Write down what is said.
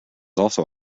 also